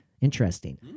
Interesting